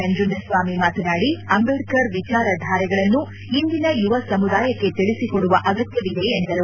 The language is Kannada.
ನಂಜುಂಡಸ್ವಾಮಿ ಮಾತನಾಡಿ ಅಂಬೇಡ್ತರ್ ವಿಚಾರಧಾರೆಗಳನ್ನು ಇಂದಿನ ಯುವ ಸಮುದಾಯಕ್ಕೆ ತಿಳಿಸಿ ಕೊಡುವ ಅಗತ್ತವಿದೆ ಎಂದರು